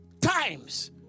times